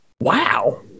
wow